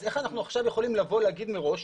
אז איך אנחנו עכשיו יכולים לבוא ולהגיד מראש,